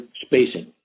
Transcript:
spacing